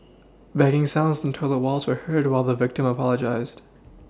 banging sounds on toilet Walls were heard while the victim apologised